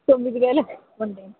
తొమ్మిది వేలకి ఇవ్వండి